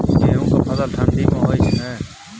गेहूं के फसल ठंडी मे होय छै?